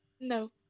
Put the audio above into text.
No